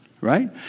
right